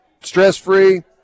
stress-free